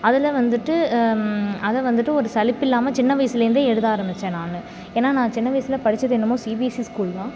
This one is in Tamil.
அதில் வந்துவிட்டு அதை வந்துவிட்டு ஒரு சலிப்பில்லாமல் சின்ன வயதுலேருந்து எழுத ஆரம்பித்தேன் நான் ஏன்னா நான் சின்ன வயசில் படித்தது என்னமோ சிபிஎஸ்சி ஸ்கூல் தான்